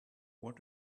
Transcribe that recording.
what